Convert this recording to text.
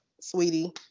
sweetie